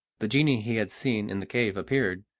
the genie he had seen in the cave appeared,